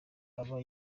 aba